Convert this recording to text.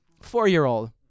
Four-year-old